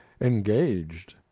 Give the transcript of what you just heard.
engaged